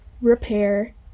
repair